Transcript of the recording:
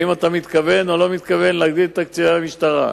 האם אתה מתכוון או לא מתכוון להגדיל את תקציבי המשטרה?